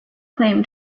claim